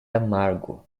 amargo